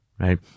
Right